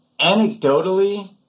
Anecdotally